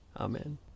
Amen